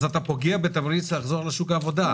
אז אתה פוגע בתמריץ לחזור לשוק העבודה.